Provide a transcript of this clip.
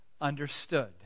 understood